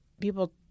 people